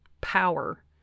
power